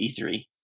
E3